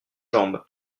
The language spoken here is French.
jambe